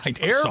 Air